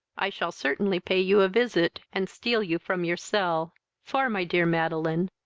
i shall certainly pay you a visit, and steal you from your cell for, my dear madeline,